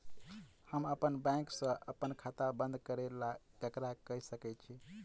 हम अप्पन बैंक सऽ अप्पन खाता बंद करै ला ककरा केह सकाई छी?